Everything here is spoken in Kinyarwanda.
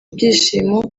ibyishimo